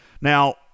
Now